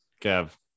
Gav